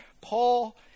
Paul